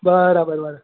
બરાબર બરા